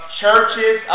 Churches